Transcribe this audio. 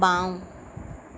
বাওঁ